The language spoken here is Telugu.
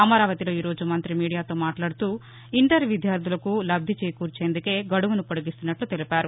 అమరావతిలో ఈరోజు మంత్రి మీడియాతో మాట్లాడుతూ ఇంటర్ విద్యార్దులకు లబ్ది చేకూర్చేందుకే గడువును పొడిగిస్తున్నట్ల తెలిపారు